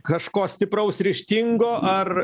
kažko stipraus ryžtingo ar